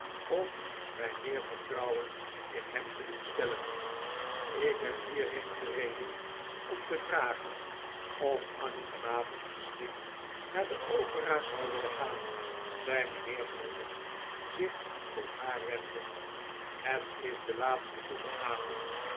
of mij meer vertrouwen in hem te doen stellen ik ben hierheen gereden om te vragen of annie vanavond misschien naar de opera zou willen gaan zei mijnheer maldon zich tot haar wendend het is de laatste goede avond